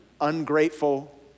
ungrateful